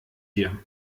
hier